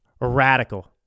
radical